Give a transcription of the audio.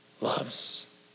loves